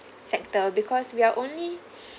sector because we are only